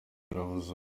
yaravuze